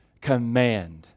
command